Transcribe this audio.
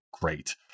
great